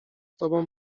tobą